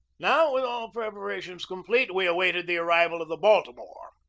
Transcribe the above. now, with all preparations complete, we awaited the arrival of the baltimore.